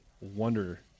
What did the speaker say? wonder